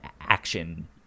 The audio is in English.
action